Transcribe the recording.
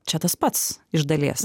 čia tas pats iš dalies